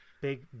big